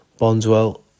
Bondswell